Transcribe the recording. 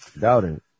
Doubting